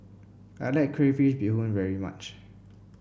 I like Crayfish Beehoon very much